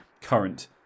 current